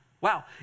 Wow